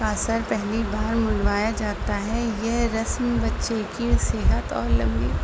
کا سر پہلی بار منڈوایا جاتا ہے یہ رسم بچے کی صحت اور لمبی